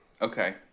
Okay